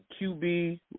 QB